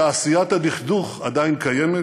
תעשיית הדכדוך עדיין קיימת,